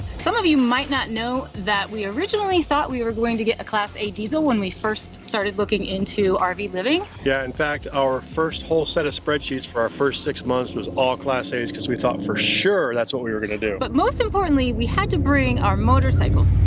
some of you might not know that we originally thought we were going to get a class a diesel, when we first started looking into rv living. yeah, in fact, our first whole set of spreadsheets for our first six months was all class a's, cause we thought for sure, that's what we were gonna do. but most importantly, we had to bring our motorcycle.